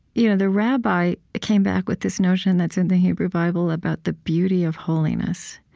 you know the rabbi came back with this notion that's in the hebrew bible, about the beauty of holiness.